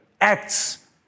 acts